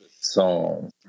song